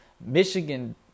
Michigan